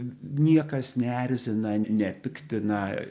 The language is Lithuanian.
niekas neerzina nepiktina